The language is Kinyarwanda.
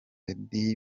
eddy